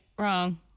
Wrong